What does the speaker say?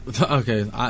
okay